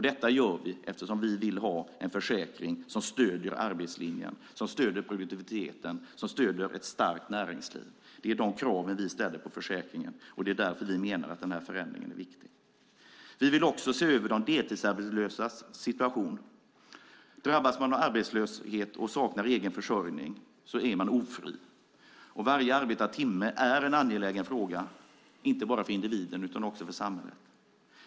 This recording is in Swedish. Detta gör vi för att vi vill ha en försäkring som stöder arbetslinjen, produktiviteten och ett starkt näringsliv. Det är de krav vi ställer på försäkringen. Därför menar vi att den här förändringen är viktig. Vi vill också se över de deltidsarbetslösas situation. Drabbas man av arbetslöshet och saknar egen försörjning är man ofri. Varje arbetad timme är en angelägen fråga, inte bara för individen utan också för samhället.